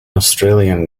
australian